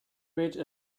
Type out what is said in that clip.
ridge